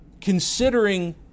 considering